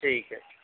ٹھیک ہے ٹھیک